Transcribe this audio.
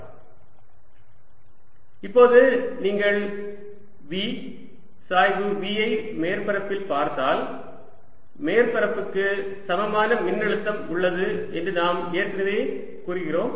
dSV2dV இப்போது நீங்கள் V சாய்வு V ஐ மேற்பரப்பில் பார்த்தால் மேற்பரப்புக்கு சமமான மின்னழுத்தம் உள்ளது என்று நாம் ஏற்கனவே கூறுகிறோம்